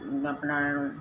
আপোনাৰ